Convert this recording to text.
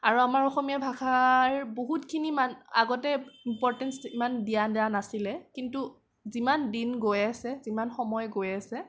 আৰু আমাৰ অসমীয়া ভাষাৰ বহুতখিনি আগতে ইম্পৰ্টেঞ্চ ইমান দিয়া যোৱা নাছিলে কিন্তু যিমান দিন গৈ আছে যিমান সময় গৈ আছে